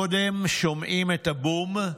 קודם שומעים את הבום,